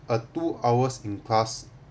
a two hours in class